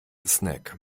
snack